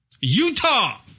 Utah